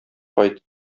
кайт